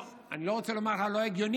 אני לא רוצה לומר לך שזה לא הגיוני,